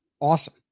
awesome